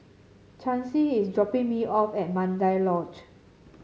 Chancy is dropping me off at Mandai Lodge